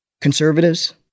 conservatives